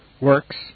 works